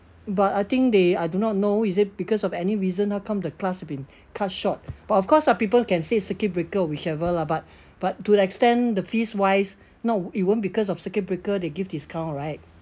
but I think they I do not know is it because of any reason how come the class's been cut short but of course ah people can say circuit breaker whichever lah but but to the extent the fees wise know it won't be because of circuit breaker they give discount right